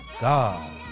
God